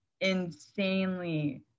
insanely